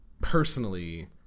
personally